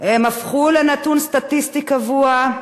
הם הפכו לנתון סטטיסטי קבוע.